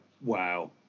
wow